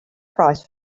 price